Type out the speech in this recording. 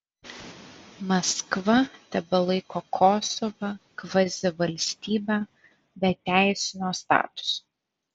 maskva tebelaiko kosovą kvazivalstybe be teisinio statuso